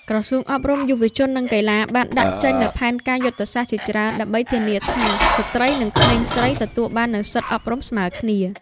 ក្រសួងអប់រំ យុវជន និងកីឡាបានដាក់ចេញនូវផែនការយុទ្ធសាស្ត្រជាច្រើន ដើម្បីធានាថា ស្ត្រីនិងក្មេងស្រីទទួលបាននូវសិទ្ធិអប់រំស្មើគ្នា។